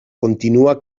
continua